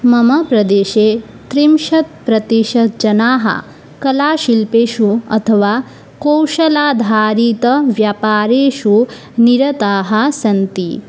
मम प्रदेशे त्रिंशत्प्रतिशतं जनाः कलाशिल्पेषु अथवा कौशलाधारितव्यापारेषु निरताः सन्ति